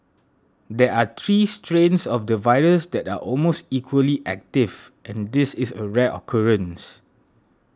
there are three strains of the virus that are almost equally active and this is a rare occurrence